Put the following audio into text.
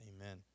Amen